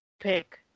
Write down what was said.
pick